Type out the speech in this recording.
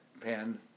pen